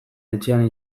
etxean